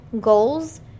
goals